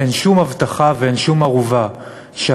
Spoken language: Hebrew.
אין שום הבטחה ואין שום ערובה שהזכויות